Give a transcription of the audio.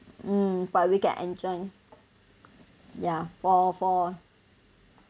mm but we can enjoy ya for for